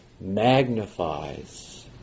magnifies